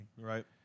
Right